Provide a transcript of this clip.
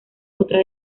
otra